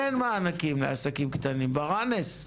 אין מענקים לעסקים קטנים, ברנס.